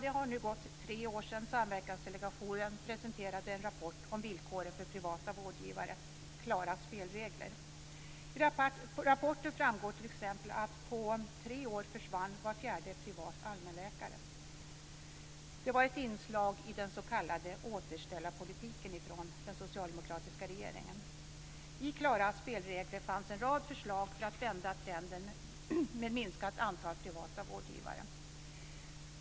Det har nu gått tre år sedan Samverkansdelegationen presenterade en rapport om villkoren för privata vårdgivare, Klara spelregler. I rapporten framgår t.ex. att var fjärde privat allmänläkare försvann på tre år. Det var ett inslag i den s.k. återställarpolitiken från den socialdemokratiska regeringen. I Klara spelregler fanns en rad förslag för att vända trenden med minskat antal privata vårdgivare.